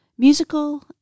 Musical